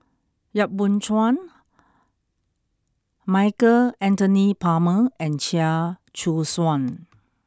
Yap Boon Chuan Michael Anthony Palmer and Chia Choo Suan